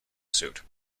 suit